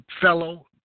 fellow